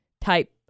type